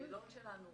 בשאלון שלנו,